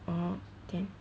orh can